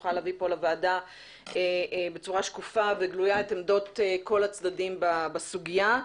נוכל להביא לוועדה כאן בצורה שקופה וגלויה את עמדות כל הצדדים בסוגיה.